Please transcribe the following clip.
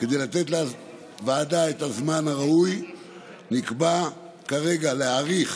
כדי לתת לוועדה את הזמן הראוי נקבע כרגע להאריך